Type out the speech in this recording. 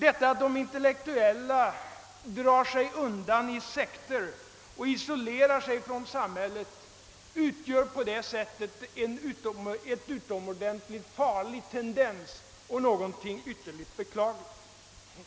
Att dessa intellektuella drar sig undan till sekter och isolerar sig från samhället utgör en utomordentligt farlig tendens och är någonting ytterst beklagligt.